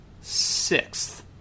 sixth